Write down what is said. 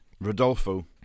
Rodolfo